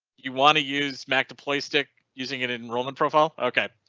you wanna use mac deploy stick using it it in roman profile ok.